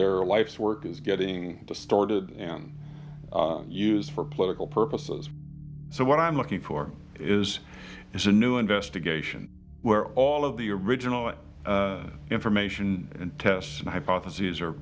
their life's work is getting distorted and used for political purposes so what i'm looking for is is a new investigation where all of the original information and tests hypotheses